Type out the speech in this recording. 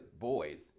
boys